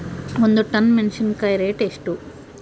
ಒಂದು ಟನ್ ಮೆನೆಸಿನಕಾಯಿ ರೇಟ್ ಎಷ್ಟು?